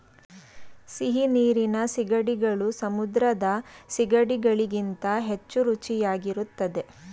ಸಿಹಿನೀರಿನ ಸೀಗಡಿಗಳು ಸಮುದ್ರದ ಸಿಗಡಿ ಗಳಿಗಿಂತ ಹೆಚ್ಚು ರುಚಿಯಾಗಿರುತ್ತದೆ